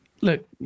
look